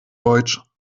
deutsch